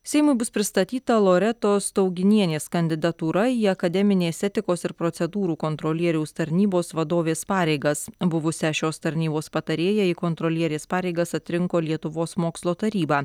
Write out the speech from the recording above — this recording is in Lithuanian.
seimui bus pristatyta loretos tauginienės kandidatūra į akademinės etikos ir procedūrų kontrolieriaus tarnybos vadovės pareigas buvusią šios tarnybos patarėją į kontrolierės pareigas atrinko lietuvos mokslo taryba